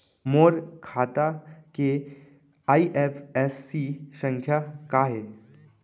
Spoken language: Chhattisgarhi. मोर खाता के आई.एफ.एस.सी संख्या का हे?